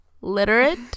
literate